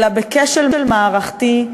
אלא בכשל מערכתי,